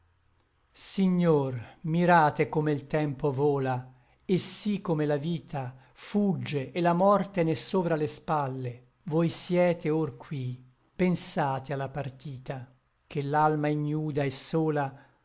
signor mirate come l tempo vola et sí come la vita fugge et la morte n'è sovra le spalle voi siete or qui pensate a la partita ché l'alma ignuda et sola